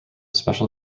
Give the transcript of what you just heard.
special